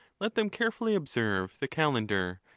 let them carefully observe the calendar,